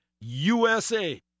USA